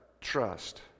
trust